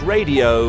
Radio